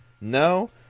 No